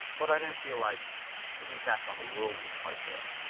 but i didn't feel like the impact on the world was quite there.